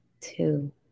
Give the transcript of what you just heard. two